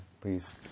please